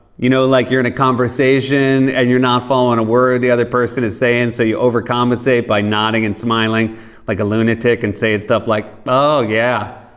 you know, like you're in a conversation and you're not following a word the other person is saying so you overcompensate by nodding and smiling like a lunatic and saying stuff like, oh, yeah.